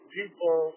people